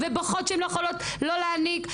ובוכות שהן לא יכולות לא להיניק,